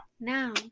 now